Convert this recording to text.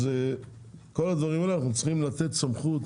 אז כל הדברים האלה אנחנו צריכים לתת סמכות